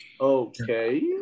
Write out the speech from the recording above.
okay